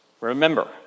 Remember